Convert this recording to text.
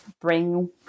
bring